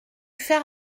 faire